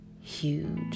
huge